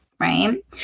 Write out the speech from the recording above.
right